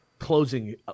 Closing